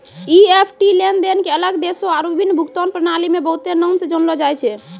EFT लेनदेन के अलग देशो आरु विभिन्न भुगतान प्रणाली मे बहुते नाम से जानलो जाय छै